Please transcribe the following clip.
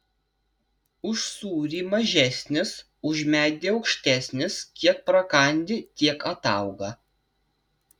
už sūrį mažesnis už medį aukštesnis kiek prakandi tiek atauga